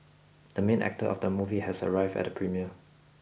the main actor of the movie has arrived at the premiere